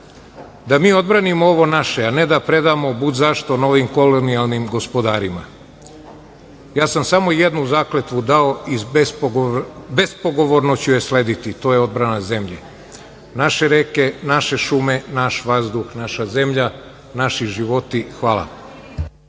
mi odbranimo ovo naše, a ne da predamo budzašto novim kolonijalnim gospodarima. Ja sam samo jednu zakletvu dao i bespogovorno ću je slediti, to je odbrana zemlje, naše reke, naše šume, naš vazduh, naša zemlja, naši životi, hvala.